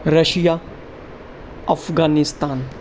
Russia Afghanistan